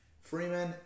Freeman